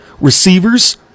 receivers